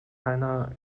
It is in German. keiner